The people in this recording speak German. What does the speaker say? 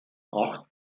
acht